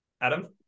Adam